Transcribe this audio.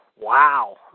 Wow